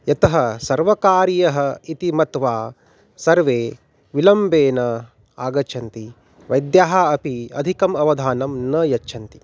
यतः सर्वकारीयः इति मत्वा सर्वे विलम्बेन आगच्छन्ति वैद्याः अपि अधिकम् अवधानं न यच्छन्ति